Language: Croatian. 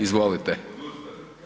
Izvolite.